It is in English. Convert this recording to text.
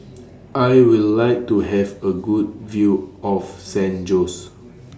I Would like to Have A Good View of San Jose